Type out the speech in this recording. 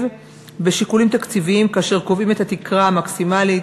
בשיקולים תקציביים כאשר קובעים את התקרה המקסימלית,